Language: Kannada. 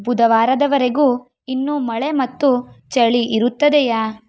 ಬುಧವಾರದವರೆಗೂ ಇನ್ನೂ ಮಳೆ ಮತ್ತು ಚಳಿ ಇರುತ್ತದೆಯಾ